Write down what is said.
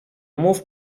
mów